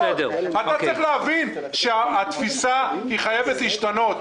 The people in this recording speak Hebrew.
צריך להבין שהתפיסה חייבת להשתנות.